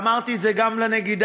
ואמרתי את זה גם לנגידה,